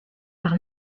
par